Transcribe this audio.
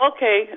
Okay